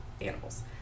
animals